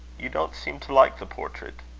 you don't seem to like the portrait.